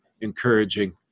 encouraging